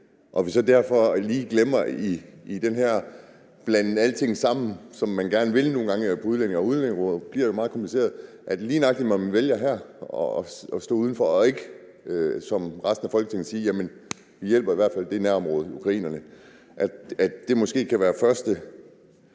at vi så derfor lige glemmer det i den her blanden alting sammen, som man nogle gange gerne vil på udlændingeområdet, og at det bliver meget kompliceret, når man lige nøjagtig her vælger at stå udenfor og ikke som resten af Folketinget sige, at vi i hvert fald hjælper nærområdet, ukrainerne? Kan det måske ikke være første